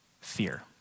fear